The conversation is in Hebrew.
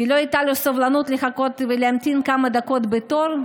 כי לא הייתה לו סבלנות לחכות ולהמתין כמה דקות בתור?